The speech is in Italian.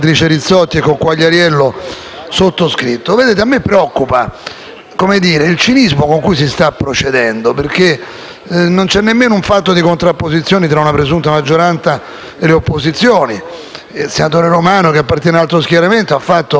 il cinismo con cui si sta procedendo, perché non c'è nemmeno una contrapposizione tra una presunta maggioranza e le opposizioni. Il senatore Romano, che appartiene ad un altro schieramento, ha fatto, su un punto del disegno di legge, osservazioni ragionevoli,